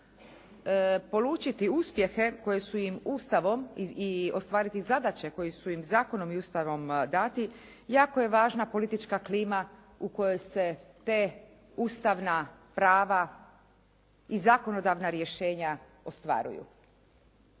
polučiti uspjehe koji su im Ustavom i ostvariti zadaće koje su im zakonom i Ustavom dani, jako je važna politička klima u kojoj se ta ustavna prava i zakonodavna rješenja ostvaruju.